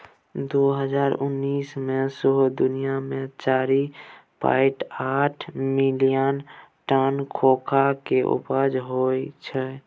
दु हजार उन्नैस मे सौंसे दुनियाँ मे चारि पाइंट आठ मिलियन टन कोकोआ केँ उपजा होइ छै